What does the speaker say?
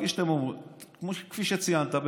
כפי שציינת,